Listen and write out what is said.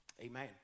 Amen